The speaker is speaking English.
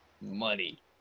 money